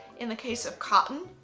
in the case of cotton,